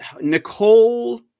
Nicole